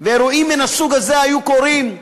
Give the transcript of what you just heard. אירועים מהסוג הזה היו קורים.